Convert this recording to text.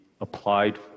applied